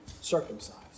circumcised